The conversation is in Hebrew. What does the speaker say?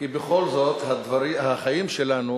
כי בכל זאת החיים שלנו